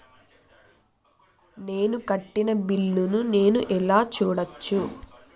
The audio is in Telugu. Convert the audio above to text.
నేను కట్టిన బిల్లు ను నేను ఎలా చూడచ్చు?